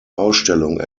ausstellung